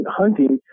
hunting